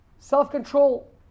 Self-control